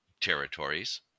territories